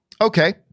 Okay